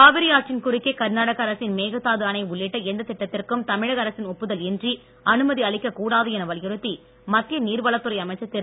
காவிரி ஆற்றின் குறுக்கே கர்நாடக அரசின் மேகதாது அணை உள்ளிட்ட எந்த திட்டத்திற்கும் தமிழக அரசின் ஒப்புதல் இன்றி அனுமதி அளிக்க கூடாது என வலியுறுத்தி மத்திய நீர்வளத்துறை அமைச்சர் திரு